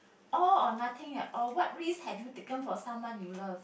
all or nothing on what risk have you taken for someone you love